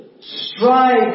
strive